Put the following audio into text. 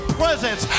presence